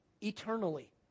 eternally